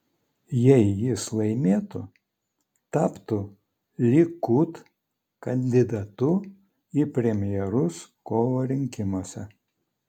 jei jis laimėtų taptų likud kandidatu į premjerus kovo rinkimuose